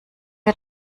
wir